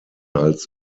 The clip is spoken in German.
als